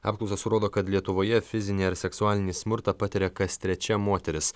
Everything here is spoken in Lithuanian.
apklausos rodo kad lietuvoje fizinį ar seksualinį smurtą patiria kas trečia moteris